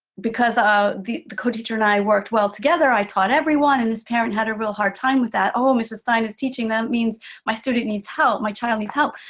because the the co-teacher and i worked well together, i taught everyone, and this parent had a real hard time with that. oh, mrs. stein is teaching them, means my student needs help, my child needs help.